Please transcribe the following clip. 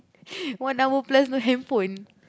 one hour plus no handphone